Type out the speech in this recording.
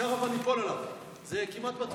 הקרוון ייפול עליו, זה כמעט בטוח.